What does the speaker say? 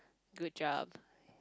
good job